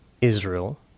Israel